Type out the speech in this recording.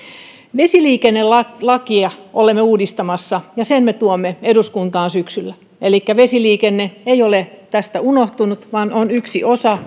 vesiliikennelakia olemme uudistamassa ja sen me tuomme eduskuntaan syksyllä elikkä vesiliikenne ei ole tästä unohtunut vaan on yksi osa